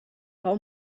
how